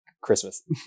Christmas